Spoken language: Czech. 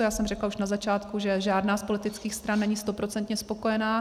Řekla jsem už na začátku, že žádná z politických stran není stoprocentně spokojená.